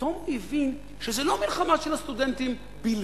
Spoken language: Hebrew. ופתאום הוא הבין שזה לא מלחמה של הסטודנטים בלבד,